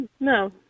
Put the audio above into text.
No